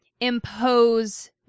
impose